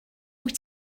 wyt